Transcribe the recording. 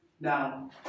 Now